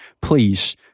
Please